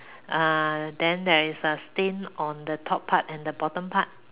uh then there is a stain on the top part and bottom part